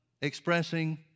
expressing